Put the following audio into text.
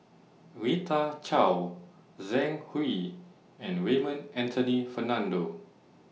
Rita Chao Zhang Hui and Raymond Anthony Fernando